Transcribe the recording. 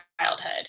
childhood